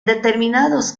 determinados